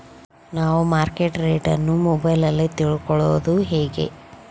ನಾವು market rate ಅನ್ನು ಮೊಬೈಲಲ್ಲಿ ತಿಳ್ಕಳೋದು ಹೇಗೆ?